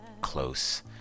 close